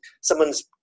someone's